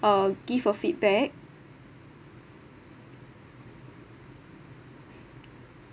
uh give a feedback